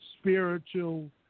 spiritual